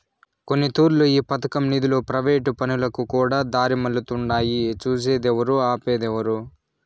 కొన్నితూర్లు ఈ పదకం నిదులు ప్రైవేటు పనులకుకూడా దారిమల్లతుండాయి సూసేదేవరు, ఆపేదేవరు